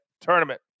tournament